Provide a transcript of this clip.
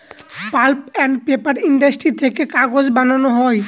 pulp and paper industry থেকে কাগজ বানানো হয়